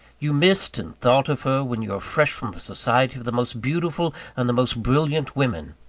you missed and thought of her, when you were fresh from the society of the most beautiful and the most brilliant women.